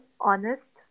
honest